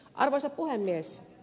arvoisa puhemies